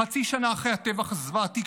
חצי שנה אחרי הטבח הזוועתי,